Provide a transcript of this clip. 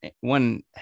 one